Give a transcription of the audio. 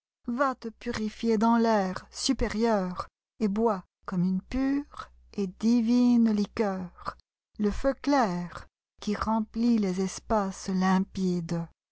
morbidesva te purifier dans l'air supérieur et bois comme une pure et divine liqueur le feu clair qui remplit les espaces limpides